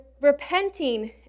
repenting